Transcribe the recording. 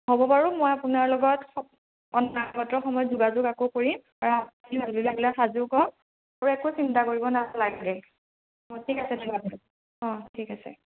হ'ব বাৰু মই আপোনাৰ লগত সময়ত যোগাযোগ আকৌ কৰিম আৰু মাজুলীলে আহিলে সাজু ক'ম আৰু একো চিন্তা কৰিব নালাগে অঁ ঠিক আছে ধন্যবাদ অঁ ঠিক আছে